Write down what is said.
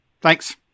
Thanks